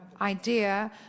idea